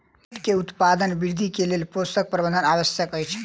माइट के उत्पादन वृद्धिक लेल पोषक प्रबंधन आवश्यक अछि